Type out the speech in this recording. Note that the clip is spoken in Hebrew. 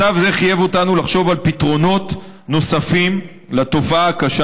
מצב זה חייב אותנו לחשוב על פתרונות נוספים לתופעה הקשה